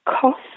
cost